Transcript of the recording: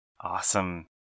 Awesome